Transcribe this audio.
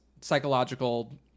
psychological